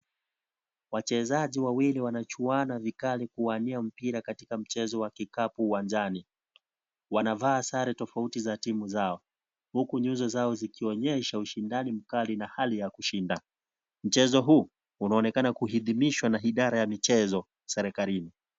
Machezaji wawili wanachuwana vikali kuwania mpira katika mchezo wa kikapu uwanjani. Wanavaa sare tofauti za timu zao. Huku nyuzo zao zikionyesha ushindani mkali na hali ya kushinda. Mchezo hu, unuonekana kuhithimishwa na idara ya mchezo, Serekarini.